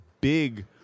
big